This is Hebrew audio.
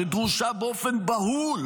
שדרושה באופן בהול